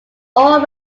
all